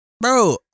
bro